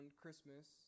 Christmas